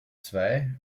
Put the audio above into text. zwei